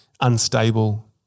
unstable-